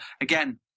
again